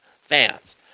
fans